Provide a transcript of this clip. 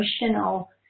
emotional